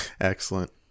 Excellent